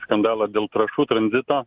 skandalą dėl trąšų tranzito